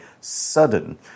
sudden